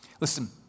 Listen